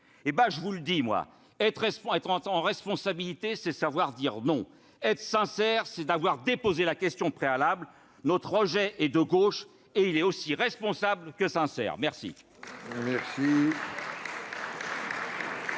Je vous le dis clairement : être en responsabilité, c'est savoir dire non ! Être sincère, c'est avoir déposé la question préalable ! Notre rejet est de gauche, et il est aussi responsable que sincère !